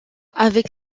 avec